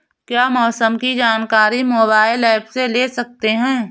क्या मौसम की जानकारी मोबाइल ऐप से ले सकते हैं?